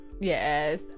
Yes